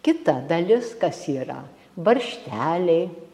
kita dalis kas yra baršteliai